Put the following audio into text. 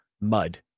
mud